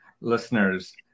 listeners